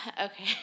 okay